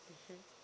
mmhmm